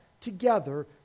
together